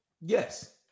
Yes